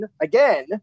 Again